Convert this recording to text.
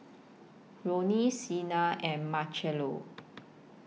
Lorne Sena and Marcello